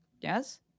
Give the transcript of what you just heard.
yes